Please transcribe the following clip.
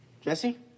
Jesse